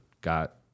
got